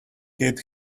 heat